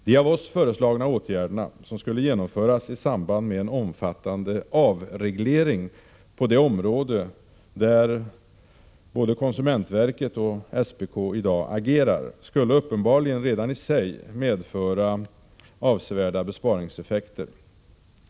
De av oss föreslagna åtgärderna, som skulle genomföras i samband med en omfattande avreglering på det område där både konsumentverket och SPK i dag agerar, skulle uppenbarligen redan i sig medföra avsevärda besparingseffekter.